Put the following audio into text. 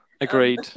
Agreed